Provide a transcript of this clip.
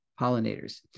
pollinators